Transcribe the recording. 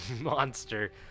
monster